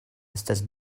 estas